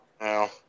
now